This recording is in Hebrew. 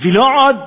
ולא עוד